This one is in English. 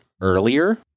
earlier